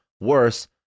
worse